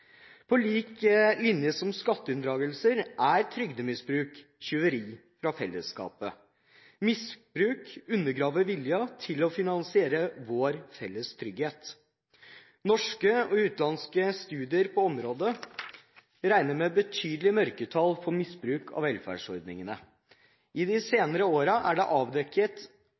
På lik linje med skatteunndragelser er trygdemisbruk tjuveri fra fellesskapet. Misbruk undergraver viljen til å finansiere vår felles trygghet. Norske og utenlandske studier på området regner med betydelige mørketall for misbruk av velferdsordningene. I de senere årene er det avdekket